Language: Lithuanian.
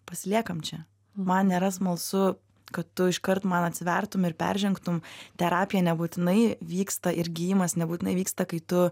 pasiliekam čia man nėra smalsu kad tu iškart man atsivertum ir peržengtum terapija nebūtinai vyksta ir gydymas nebūtinai vyksta kai tu